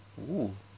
!woo!